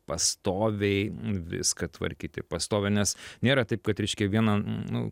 pastoviai viską tvarkyti pastoviai nes nėra taip kad reiškia vieną nu